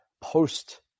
post